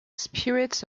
spirits